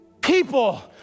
people